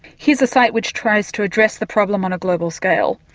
here's a site which tries to address the problem on a global scale.